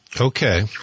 Okay